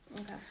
okay